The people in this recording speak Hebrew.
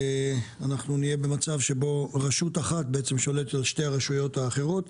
אנחנו נהיה במצב שבו רשות אחת בעצם שולטת על שתי הרשויות האחרות.